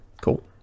Cool